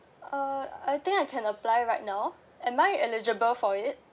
uh I think I can apply right now am I eligible for it